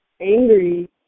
angry